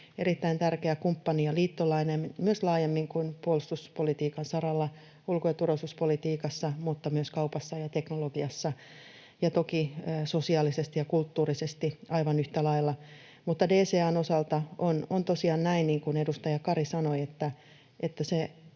erittäin tärkeä kumppani ja liittolainen myös laajemmin kuin puolustuspolitiikan saralla: ulko- ja turvallisuuspolitiikassa mutta myös kaupassa ja teknologiassa, ja toki sosiaalisesti ja kulttuurisesti aivan yhtä lailla. Mutta DCA:n osalta on tosiaan näin, niin kuin edustaja Kari sanoi,